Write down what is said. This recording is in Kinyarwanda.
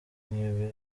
nk’ibi